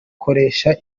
koresha